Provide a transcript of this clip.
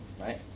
right